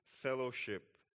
Fellowship